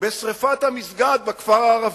בשרפת המסגד בכפר הערבי.